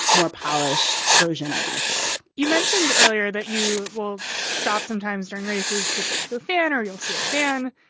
more polished version of myself you mentioned earlier that you will stop sometimes during races to talk to her fan or you'll see a fan.